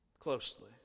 closely